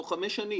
תוך חמש שנים